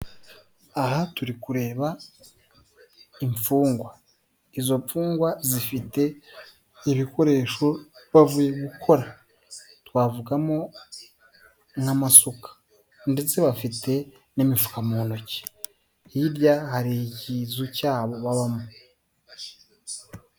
Aha turi kureba imfungwa, izo mfungwa zifite ibikoresho bavuye gukora, twavugamo nk'amasuka, ndetse bafite n'imifuka mu ntoki, hirya hari ikizu cyabo babamo.